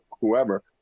whoever